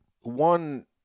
one